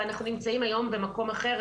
ואנחנו נמצאים היום במקום אחר.